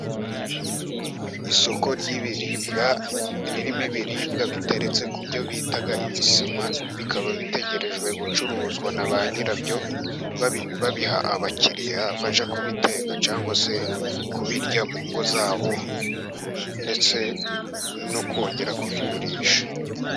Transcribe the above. Isoko ry'ibiribwa ririmo ibiribwa biteretse ku byo bita ibisima, bikaba bitegerejwe gucuruzwa na ba nyirabyo, babiha abakiriya bajya kubiteka cyangwa se kubirya mu ngo zabo, ndetse no kongera kubigurisha.